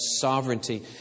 sovereignty